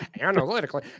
Analytically